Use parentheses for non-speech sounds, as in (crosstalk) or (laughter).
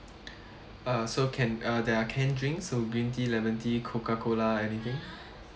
(breath) uh so can uh there are canned drink so green tea lemon tea coca cola anything